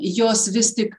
jos vis tik